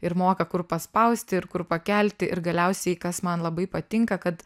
ir moka kur paspausti ir kur pakelti ir galiausiai kas man labai patinka kad